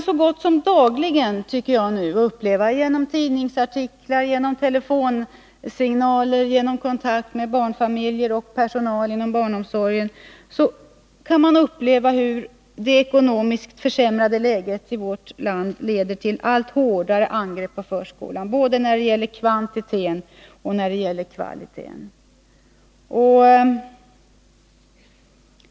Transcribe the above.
Så gott som dagligen tycker jag att man genom tidningsartiklar, genom telefonpåringningar och genom kontakter med familjer och personal inom barnomsorgen kan uppleva hur det ekonomiskt försämrade läget i vårt land leder till allt hårdare angrepp på förskolan, både när det gäller kvantiteten och när det gäller kvaliteten.